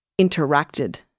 interacted